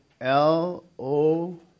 L-O